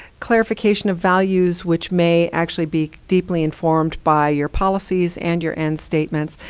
clarification of values, which may actually be deeply informed by your policies and your end statements.